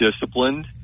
disciplined